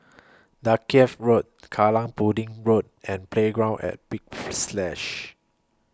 Dalkeith Road Kallang Pudding Road and Playground At Big Splash